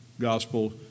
gospel